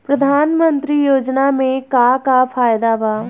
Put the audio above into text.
प्रधानमंत्री योजना मे का का फायदा बा?